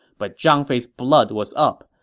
but zhang fei's blood was up,